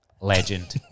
legend